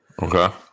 Okay